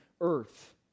earth